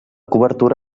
cobertura